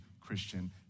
Christian